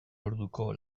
orduko